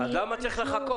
אז למה צריך לחכות?